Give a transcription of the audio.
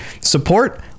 support